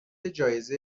جایزه